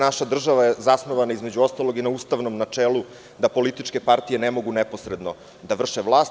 Naša država je zasnovana, između ostalog, i na ustavnom načelu da političke partije ne mogu neposredno da vrše vlast.